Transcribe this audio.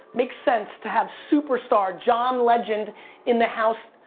makes sense to have superstar john legend in the house.